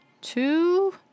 two